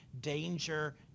danger